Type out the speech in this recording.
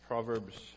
Proverbs